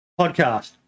Podcast